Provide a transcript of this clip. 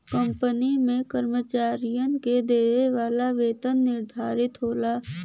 company में कर्मचारियन के देवे वाला वेतन निर्धारित होला